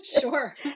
Sure